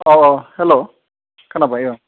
औ औ हेल' खोनाबाय ओं